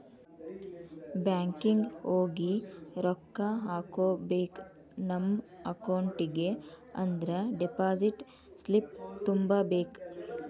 banking ಹೋಗಿ ರೊಕ್ಕ ಹಾಕ್ಕೋಬೇಕ್ ನಮ ಅಕೌಂಟಿಗಿ ಅಂದ್ರ ಡೆಪಾಸಿಟ್ ಸ್ಲಿಪ್ನ ತುಂಬಬೇಕ್